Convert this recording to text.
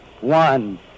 one